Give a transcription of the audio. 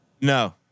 No